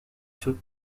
feu